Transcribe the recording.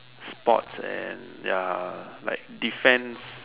sports and ya like defense